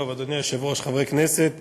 אדוני היושב-ראש, בוקר טוב, חברי כנסת נכבדים,